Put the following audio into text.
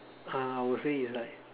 uh I would say is like